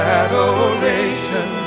adoration